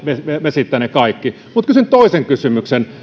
vesittää ne kaikki mutta kysyn toisen kysymyksen